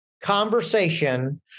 conversation